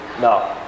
no